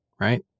right